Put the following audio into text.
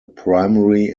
primary